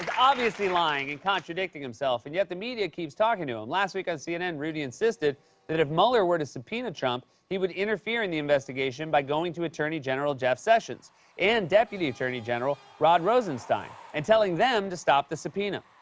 obviously lying and contradicting himself. and yet the media keeps talking to him. last week on cnn, rudy insisted that if mueller were to subpoena trump, he would interfere in the investigation by going to attorney general jeff sessions and deputy attorney general rod rosenstein and telling them to stop the subpoena.